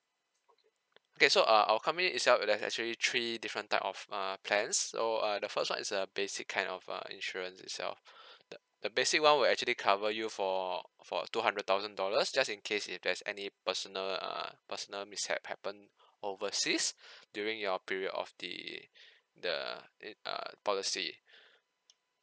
okay so err our company itself it has actually three different type of uh plans so uh the first one is a basic kind of err insurance itself the the basic one will actually cover you for for two hundred thousand dollars just in case if there's any personal err personal mishap happened overseas during your period of the the it uh policy